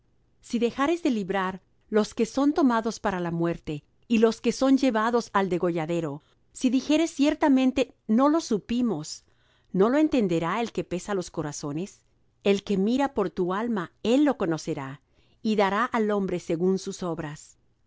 si dejares de librar los que son tomados para la muerte y los que son llevados al degolladero si dijeres ciertamente no lo supimos no lo entenderá el que pesa los corazones el que mira por tu alma él lo conocerá y dará al hombre según sus obras